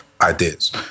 ideas